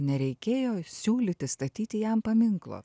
nereikėjo siūlyti statyti jam paminklo